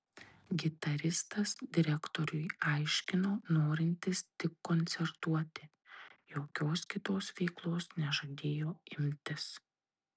gitaristas direktoriui aiškino norintis tik koncertuoti jokios kitos veiklos nežadėjo imtis